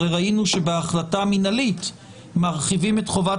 הרי ראינו שבהחלטה המינהלית מרחיבים את חובת